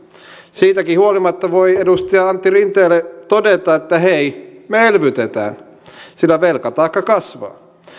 siitäkin huolimatta voi edustaja antti rinteelle todeta että hei me elvytetään sillä velkataakka kasvaa